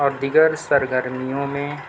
اور دیگر سرگرمیوں میں